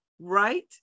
right